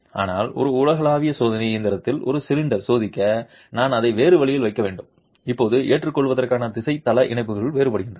ஆனால் ஒரு உலகளாவிய சோதனை இயந்திரத்தில் ஒரு சிலிண்டரை சோதிக்க நான் அதை வேறு வழியில் வைக்க வேண்டும் இப்போது ஏற்றுவதற்கான திசை தள இணைப்புகளுக்கு வேறுபட்டது